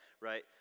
right